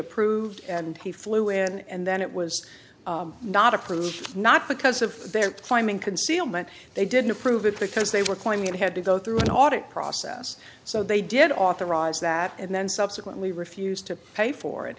approved and he flew in and then it was not approved not because of their climbing concealment they didn't approve it because they were claiming they had to go through an audit process so they did authorize that and then subsequently refused to pay for it